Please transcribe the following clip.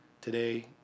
Today